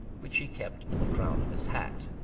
which he kept in the crown of his hat.